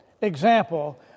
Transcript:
example